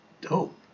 dope